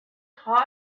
hot